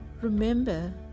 remember